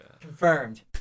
Confirmed